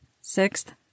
Sixth